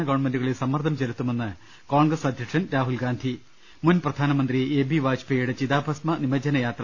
ഗവൺമെന്റുകളിൽ സമ്മർദ്ദം ചെലുത്തുമെന്ന് കോൺഗ്രസ് അധ്യക്ഷൻ രാഹുൽ ഗാന്ധി മുൻപ്രധാനമന്ത്രി എ ബി വാജ്പേയിയുടെ ചിതാഭസ്മ നിമജ്ജന യാത്ര